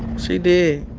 she did